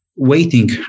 Waiting